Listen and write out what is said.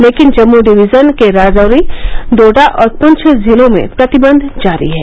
लेकिन जम्मू डिवीजन के राजौरी डोडा और पुंछ जिलों में प्रतिबंध जारी है